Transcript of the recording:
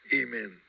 amen